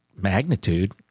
magnitude